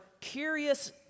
curious